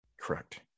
Correct